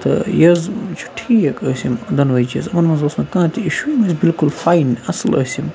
تہٕ یہِ حظ چھُ ٹھیٖک ٲسۍ یِم دۄنوٕے چیٖز یِمَن منٛز اوس نہٕ کانٛہہ تہِ اِشوٗ یِم ٲسۍ بلکل فاین اَصٕل ٲسۍ یِم